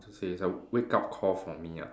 how to say it's a wake up call for me ah